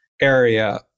area